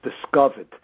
discovered